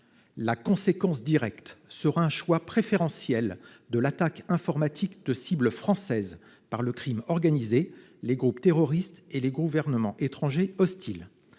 La conséquence directe sera un choix préférentiel de l'attaque informatique de cibles françaises par le crime organisé, les groupes terroristes et les gouvernements étrangers hostiles.